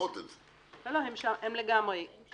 הם לגמרי מעורים.